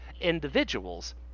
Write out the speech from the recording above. individuals